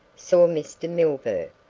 saw mr. milburgh.